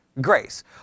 grace